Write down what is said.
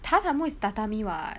榻榻木 is tatami [what]